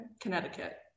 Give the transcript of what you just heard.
Connecticut